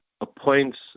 appoints